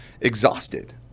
exhausted